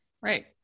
right